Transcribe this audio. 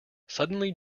suddenly